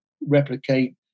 replicate